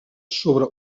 sobre